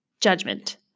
judgment